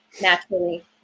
naturally